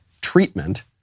treatment